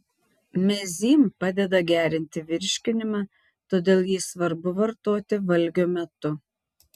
mezym padeda gerinti virškinimą todėl jį svarbu vartoti valgio metu